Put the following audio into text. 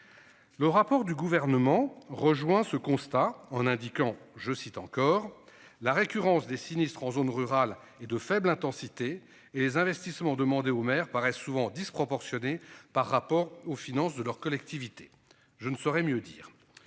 Le rapport du gouvernement rejoint ce constat en indiquant, je cite encore, la récurrence des sinistres en zone rurale et de faible intensité et les investissements demandés aux maires paraît souvent disproportionnés par rapport aux finances de leur collectivité. Je ne saurais mieux dire